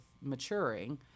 maturing